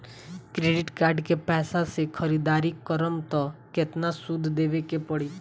Credit card के पैसा से ख़रीदारी करम त केतना सूद देवे के पड़ी?